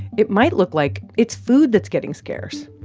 it might look like it's food that's getting scarce.